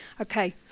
Okay